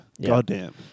Goddamn